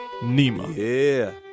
Nima